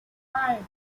five